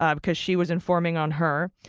ah because she was informing on her.